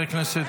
(קוראת בשמות חברי הכנסת)